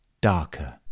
darker